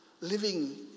living